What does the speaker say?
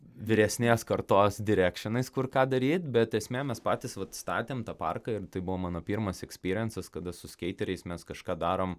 vyresnės kartos direkšinais kur ką daryt bet esmė mes patys vat statėm tą parką ir tai buvo mano pirmas ekspiriensas kada su skeiteriais mes kažką darom